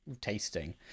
tasting